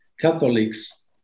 Catholics